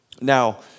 Now